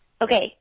Okay